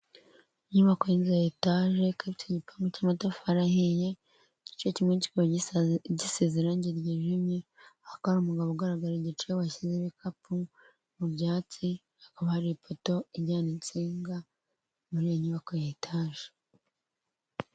Inyubako y'inzu ya etaje, ikaba ifite igipangu cy'amatafari ahiye, igice kimwe kikaba gisize irange ryijimye, hahakaba hari umugabo ugaragara igice washyize ibikapu mu byatsi, hakaba hari ipoto ijyana insinga muri iyo nyubako ya etaje.